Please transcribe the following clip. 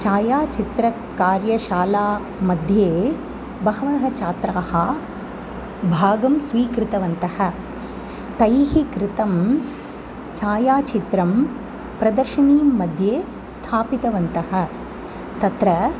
छायाचित्रकार्यशालायाः बहवः छात्राः भागं स्वीकृतवन्तः तैः कृतं छायाचित्रं प्रदर्शिनीमध्ये स्थापितवन्तः तत्र